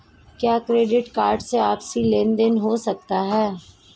क्या credit card से आपसी लेनदेन हो सकता है?